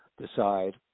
decide